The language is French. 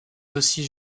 aussi